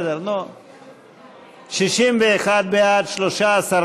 דבר סעיפים 6-1, כהצעת הוועדה, נתקבלו.